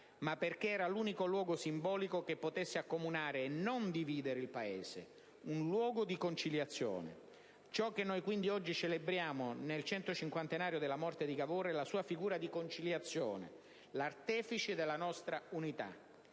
ma perché era l'unico luogo simbolico che potesse accomunare e non dividere il Paese, un luogo di conciliazione. Ciò che noi quindi oggi celebriamo nel 150° della morte di Cavour è la sua figura di conciliazione, l'artefice della nostra unità,